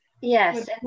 Yes